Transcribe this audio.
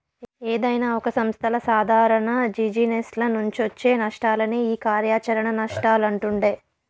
ఏదైనా ఒక సంస్థల సాదారణ జిజినెస్ల నుంచొచ్చే నష్టాలనే ఈ కార్యాచరణ నష్టాలంటుండె